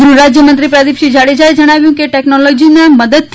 ગૃહરાજ્યમંત્રી પ્રદિપસિંહ જાડેજાએ જણાવ્યું છે કે ટેકનોલોજીના મદદથી